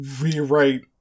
rewrite